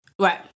Right